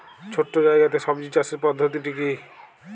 ছোট্ট জায়গাতে সবজি চাষের পদ্ধতিটি কী?